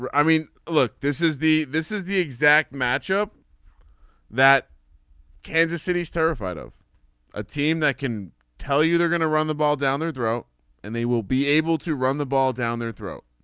but i mean look this is the this is the exact matchup that kansas city is terrified of a team that can tell you they're going to run the ball down their throat and they will be able to run the ball down their throat